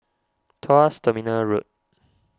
Tuas Terminal Road